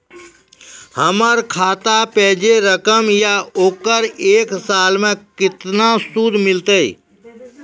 हमर खाता पे जे रकम या ओकर एक साल मे केतना सूद मिलत?